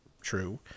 true